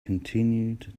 continued